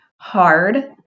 hard